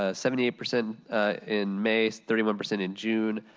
ah seventy eight percent in may, thirty one percent in june.